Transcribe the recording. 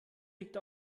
liegt